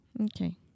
Okay